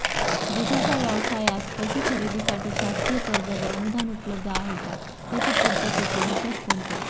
दूधाचा व्यवसायास पशू खरेदीसाठी शासकीय कर्ज व अनुदान उपलब्ध आहे का? त्याचे पूर्ततेचे निकष कोणते?